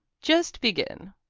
just begin,